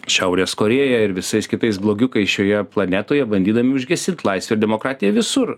šiaurės korėja ir visais kitais blogiukais šioje planetoje bandydami užgesint laisvę demokratiją visur